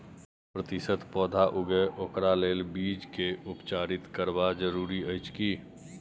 सौ प्रतिसत पौधा उगे ओकरा लेल बीज के उपचारित करबा जरूरी अछि की?